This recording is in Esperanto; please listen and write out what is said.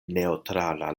neŭtrala